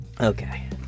Okay